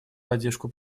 поддержку